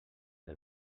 del